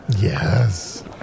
Yes